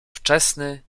wczesny